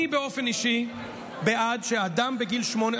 אני באופן אישי בעד שאדם בגיל 18,